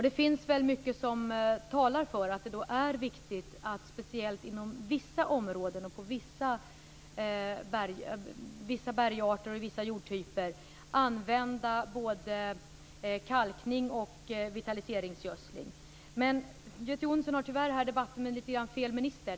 Det finns mycket som talar för att det är viktigt att speciellt inom vissa områden, när det gäller vissa bergarter och vissa jordtyper använda både kalkning och vitaliseringsgödsling. Tyvärr för Göte Jonsson denna debatt med litet grand fel minister.